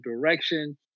direction